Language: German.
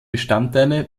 bestandteile